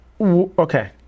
okay